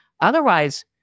otherwise